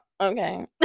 okay